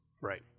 Right